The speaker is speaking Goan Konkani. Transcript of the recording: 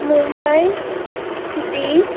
मुंबय सिटी